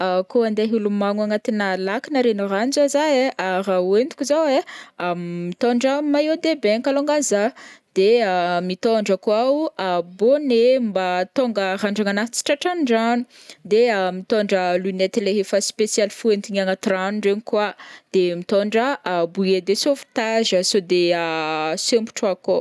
Ah kô andeha hilomagno agnatina lac na renirano zao zah ai, raha ihoentiko zao ai: mitondra maillot de bain kalongany zah, de mitondra koa o bonnet mba ahatonga randragnanahy tsy tratran'ny rano, de mitondra lunettes leha efa spécial fihoentigna agnaty rano regny koa, de mitondra bouillet de sauvetage saode sembotra akao.